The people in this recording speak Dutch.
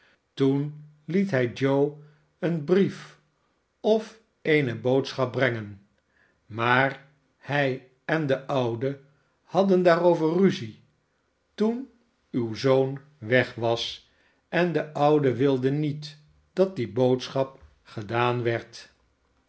toen liet hij joe een brief of eene boodschap brengen maar hij en de oude hadden daarover ruzie toen uw zoon weg was en de oude wilde niet dat die boodschap gedaan werd